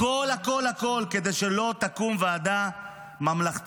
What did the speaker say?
הכול הכול הכול כדי שלא תקום ועדה ממלכתית.